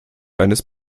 eines